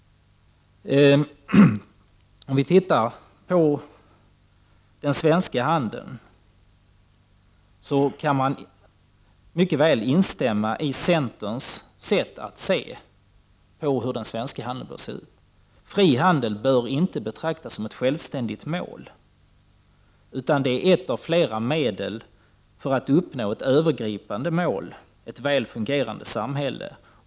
När det gäller den svenska handeln kan man mycket väl instämma i centerns sätt att se på hur den svenska handeln bör se ut. Fri handel bör inte betraktas som ett självständigt mål utan som ett av flera medel för att uppnå ett övergripande mål, nämligen ett väl fungerande samhälle.